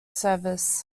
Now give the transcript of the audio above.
service